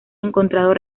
encontrado